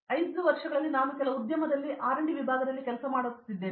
ಆದ್ದರಿಂದ 5 ವರ್ಷಗಳಲ್ಲಿ ನಾನು ಕೆಲವು ಉದ್ಯಮದಲ್ಲಿ R D ವಿಭಾಗದಲ್ಲಿ ಕೆಲಸ ಮಾಡುತ್ತಿದ್ದೇನೆ